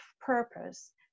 purpose